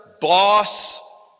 boss